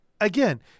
again